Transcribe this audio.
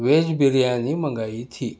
veg biryani منگائی تھی